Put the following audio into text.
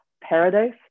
Paradise